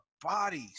bodies